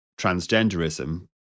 transgenderism